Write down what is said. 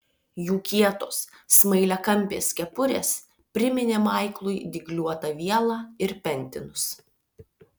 jų kietos smailiakampės kepurės priminė maiklui dygliuotą vielą ir pentinus